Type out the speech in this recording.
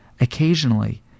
Occasionally